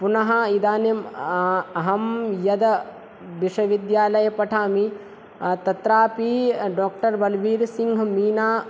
पुनः इदानीम् अहम् यद् विश्वविद्यालये पठामि तत्रापि डाक्टर् बलवीरसिंहमीना